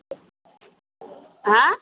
হ্যাঁ